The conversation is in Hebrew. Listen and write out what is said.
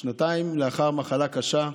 שנתיים לאחר מחלה קשה.